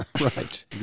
Right